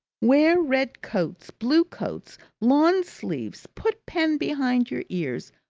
wear red coats, blue coats, lawn sleeves put pens behind your ears,